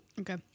Okay